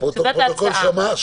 הפרוטוקול שמע,